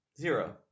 Zero